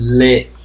lit